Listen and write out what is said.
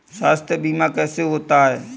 स्वास्थ्य बीमा कैसे होता है?